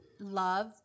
Love